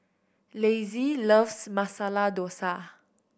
Lassie loves Masala Dosa